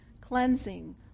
cleansing